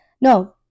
No